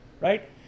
Right